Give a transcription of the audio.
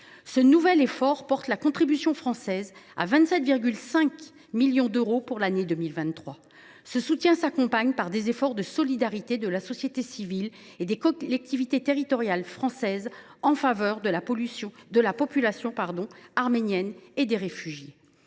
Ce nouvel effort porte la contribution française à 27,5 millions d’euros pour l’année 2023. Il s’accompagne d’actions de solidarité de la part de la société civile et des collectivités territoriales françaises en faveur de la population arménienne et des réfugiés